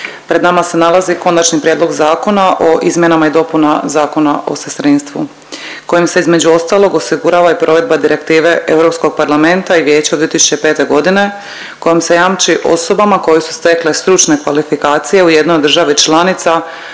Pred nama se nalazi Konačni prijedlog Zakona o izmjenama i dopunama Zakona o sestrinstvu kojim se između ostalog osigurava i provedba Direktive Europskog parlamenta i Vijeća od 2005.g. kojom se jamči osobama koje su stekle stručne kvalifikacije u jednoj od državi članica